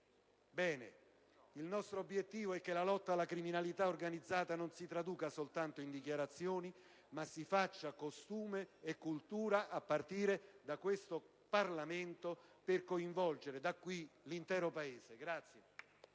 Ebbene, il nostro obiettivo è che la lotta alla criminalità organizzata non si traduca soltanto in dichiarazioni, ma si faccia costume e cultura, a partire da questo Parlamento, per coinvolgere l'intero Paese.